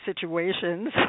situations